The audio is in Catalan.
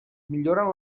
milloren